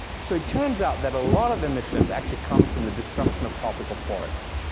so it turns out that a lot of emissions actually comes from the destruction of tropical forest.